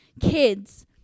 kids